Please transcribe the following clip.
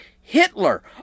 Hitler